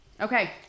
Okay